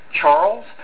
Charles